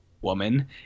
Woman